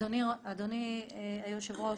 אדוני היושב-ראש,